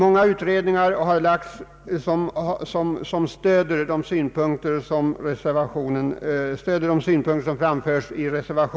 De synpunkter som framförts i reservationen stöds av många framlagda utredningar.